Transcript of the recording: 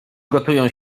gotują